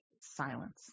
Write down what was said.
silence